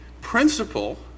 principle